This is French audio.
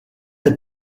est